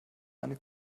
eine